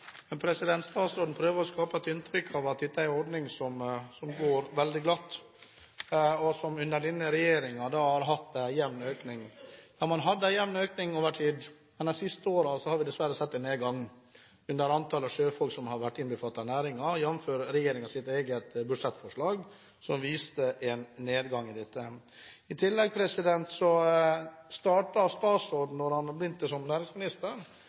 Statsråden prøver å skape et inntrykk av at dette er en ordning som går veldig glatt, og som – under denne regjeringen – har hatt en jevn økning. Man hadde en jevn økning over tid, men de siste årene har vi dessverre sett en nedgang i antall sjøfolk som er innbefattet i ordningen – jf. regjeringens eget budsjettforslag, som viste en nedgang. I tillegg startet statsråden – da han begynte som